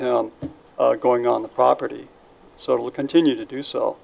him going on the property so it will continue to do so